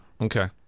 Okay